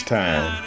time